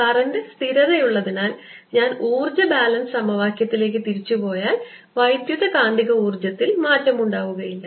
current സ്ഥിരതയുള്ളതിനാൽ ഞാൻ ഊർജ്ജ ബാലൻസ് സമവാക്യത്തിലേക്ക് തിരിച്ചു പോയാൽ വൈദ്യുതകാന്തിക ഊർജ്ജത്തിൽ മാറ്റമുണ്ടാവുകയില്ല